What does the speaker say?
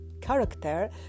character